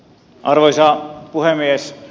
arvoisa puhemies